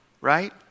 right